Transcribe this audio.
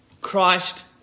Christ